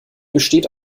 besteht